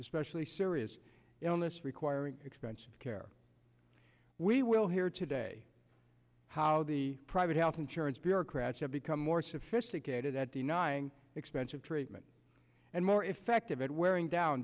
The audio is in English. especially serious illness requiring expensive care we will hear today how the private health insurance bureaucrats have become more sophisticated at the nih and expensive treatment and more effective at wearing down